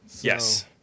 Yes